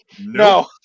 No